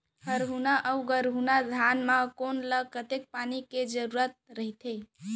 हरहुना अऊ गरहुना धान म कोन ला कतेक पानी के जरूरत रहिथे?